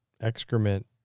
excrement